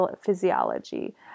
physiology